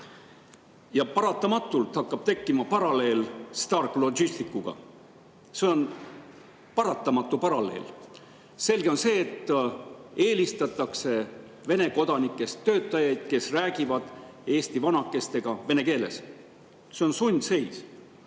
Paratamatult hakkab tekkima paralleel Stark Logisticsiga. See on paratamatu paralleel. Selge on see, et eelistatakse Vene kodanikest töötajaid, kes räägivad eesti vanakestega vene keeles. See on sundseis.